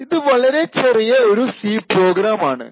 ഇത് വളരെ ചെറിയ ഒരു സി പ്രോഗ്രാം ആണ്